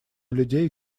людей